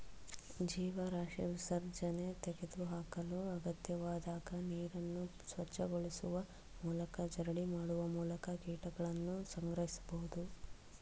ಜೀವರಾಶಿ ವಿಸರ್ಜನೆ ತೆಗೆದುಹಾಕಲು ಅಗತ್ಯವಾದಾಗ ನೀರನ್ನು ಸ್ವಚ್ಛಗೊಳಿಸುವ ಮೂಲಕ ಜರಡಿ ಮಾಡುವ ಮೂಲಕ ಕೀಟಗಳನ್ನು ಸಂಗ್ರಹಿಸ್ಬೋದು